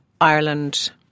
Ireland